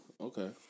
Okay